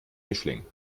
mischling